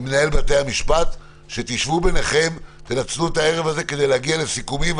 וממנהל בתי המשפט שתשבו ביניכם ותנצלו את הערב הזה כדי להגיע לסיכומים.